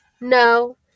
No